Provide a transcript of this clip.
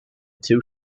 tool